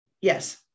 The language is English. yes